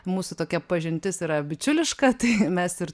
mūsų tokia pažintis yra bičiuliška tai mes ir